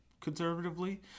conservatively